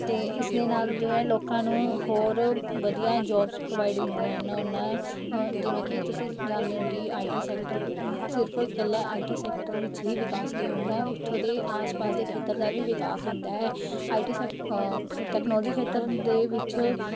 ਅਤੇ ਇਸ ਦੇ ਨਾਲ ਜੋ ਹੈ ਲੋਕਾਂ ਨੂੰ ਹੋਰ ਵਧੀਆ ਜੋਬਸ ਪ੍ਰੋਵਾਈਡ ਹੁੰਦੀਆਂ ਹਨ ਉਹਨਾਂ ਜਿਵੇਂ ਕੀ ਤੁਸੀਂ ਜਾਣਦੇ ਹੋ ਕੀ ਆਈ ਟੀ ਸੈਕਟਰ ਸਿਰਫ ਇੱਕਲਾ ਆਈ ਟੀ ਸੈਕਟਰ ਵਿੱਚ ਹੀ ਵਿਕਾਸ ਨਹੀਂ ਹੁੰਦਾ ਉਥੋਂ ਦੇ ਆਸ ਪਾਸ ਦੇ ਖੇਤਰ ਦਾ ਵੀ ਵਿਕਾਸ ਹੁੰਦਾ ਹੈ ਆਈ ਟੀ ਸੈਕਟਰ ਟੈਕਨੋਲਜੀ ਖੇਤਰ ਦੇ ਵਿੱਚ